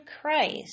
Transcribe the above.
Christ